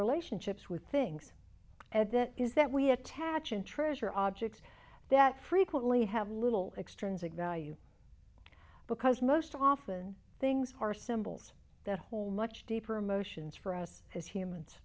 relationships with things and that is that we attach and treasure objects that frequently have little extern zick value because most often things are symbols that hole much deeper emotions for us as humans